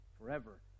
forever